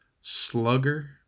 slugger